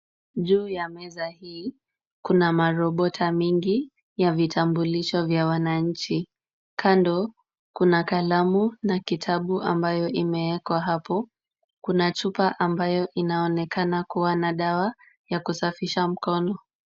Juu ya meza hii, kuna marobota mingi ya vitambulisho vya wananchi. Kando kuna kalamu na kitabu ambayo imeekwa hapo. Kuna chupa ambayo inaonekana kuwa na dawa ya kusafisha mkono.